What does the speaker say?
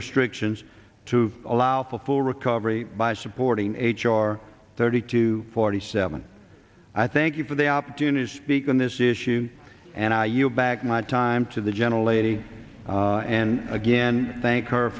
restrictions to allow for full recovery by supporting h r thirty to forty seven i thank you for the opportunity speak on this issue and i yield back my time to the gentle lady and again thank her